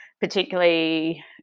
particularly